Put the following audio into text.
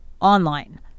online